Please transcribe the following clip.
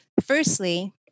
Firstly